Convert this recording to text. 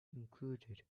included